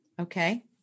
okay